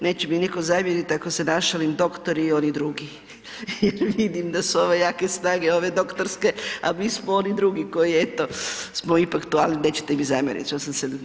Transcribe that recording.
Neće mi niko zamjerit ako se našalim doktori i oni drugi, vidim da su ove jake snage ove doktorske, a mi smo oni drugi koji smo eto ipak tu, ali nećete mi zamjeriti što sam se